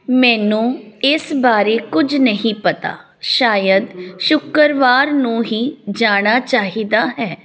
ਮੈਨੂੰ ਇਸ ਬਾਰੇ ਕੁੱਝ ਨਹੀਂ ਪਤਾ ਸ਼ਾਇਦ ਸ਼ੁੱਕਰਵਾਰ ਨੂੰ ਹੀ ਜਾਣਾ ਚਾਹੀਦਾ ਹੈ